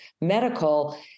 medical